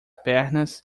pernas